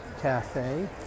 cafe